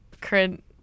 current